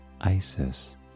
Isis